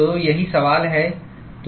तो यही सवाल है